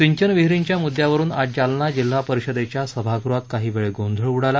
सिंचन विहिरींच्या मुद्यावरून आज जालना जिल्हा परिषदेच्या सभागृहात काही वेळ गोंधळ उडाला